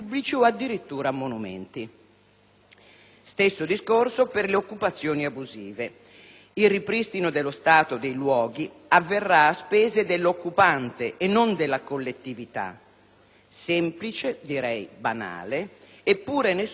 Stesso discorso per le occupazioni abusive: il ripristino dello stato dei luoghi avverrà a spese dell'occupante e non della collettività. Semplice, direi banale, eppure nessuno ci aveva pensato prima.